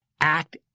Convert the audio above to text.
act